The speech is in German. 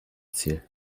ziel